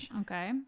Okay